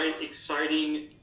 exciting